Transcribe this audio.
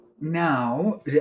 Now